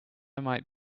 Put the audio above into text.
might